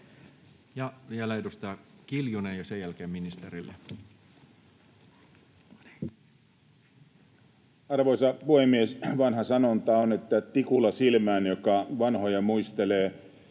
Vielä edustaja Kiljunen, ja sen jälkeen ministerille. Arvoisa puhemies! Vanha sanonta on, että tikulla silmään, joka vanhoja muistelee.